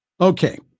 Okay